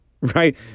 right